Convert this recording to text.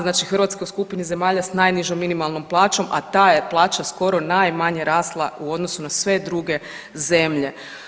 Znači Hrvatska je u skupini zemalja s najnižom minimalnom plaćom, a ta je plaća skoro najmanje rasla u odnosu na sve druge zemlje.